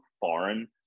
foreign